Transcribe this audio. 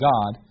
God